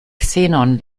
xenon